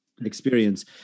experience